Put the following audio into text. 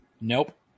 Nope